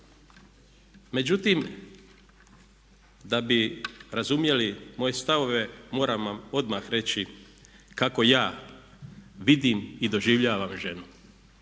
Međutim, da bi razumjeli moje stavove moram vam odmah reći kako ja vidim i doživljavam ženu,